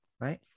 right